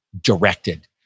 directed